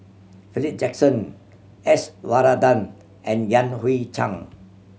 Philip Jackson S Varathan and Yan Hui Chang